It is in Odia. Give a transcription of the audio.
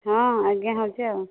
ହଁ ଆଜ୍ଞା ହେଉଛି ଆଉ